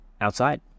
outside